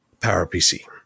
PowerPC